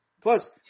Plus